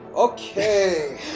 Okay